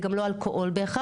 זה גם לא אלכוהול בהכרח,